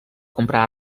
comprar